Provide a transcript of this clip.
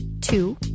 Two